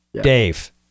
Dave